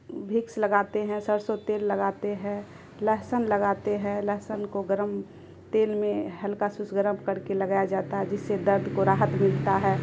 بھکس لگاتے ہیں سرسوں تیل لگاتے ہیں لہسن لگاتے ہیں لہسن کو گرم تیل میں ہلکا سسم گرم کر کے لگایا جاتا ہے جس سے درد کو راحت ملتا ہے